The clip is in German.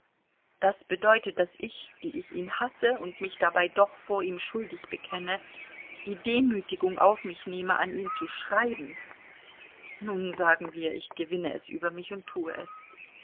das bedeutet daß ich die ich ihn hasse und mich dabei doch vor ihm schuldig bekenne die demütigung auf mich nehme an ihn zu schreiben nun sagen wir ich gewinne es über mich und tue es